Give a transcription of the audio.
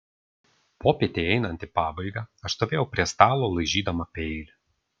popietei einant į pabaigą aš stovėjau prie stalo laižydama peilį